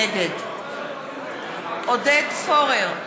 נגד עודד פורר,